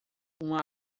uma